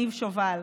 ניב שובל,